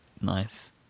nice